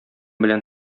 белән